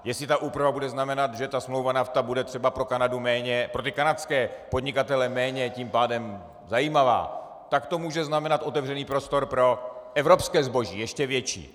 Jestli ta úprava bude znamenat, že smlouva NAFTA bude třeba pro Kanadu méně, pro kanadské podnikatele méně tím pádem zajímavá, tak to může znamenat otevřený prostor pro evropské zboží ještě větší.